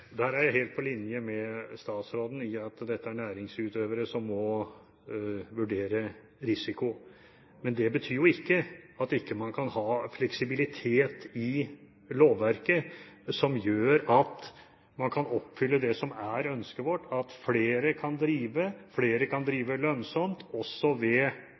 Der er jeg helt på linje med statsråden. Dette er næringsutøvere som må vurdere risiko. Men det betyr jo ikke at man ikke kan ha fleksibilitet i lovverket som gjør at man kan oppfylle ønsket vårt om at flere kan drive, at flere kan drive lønnsomt, også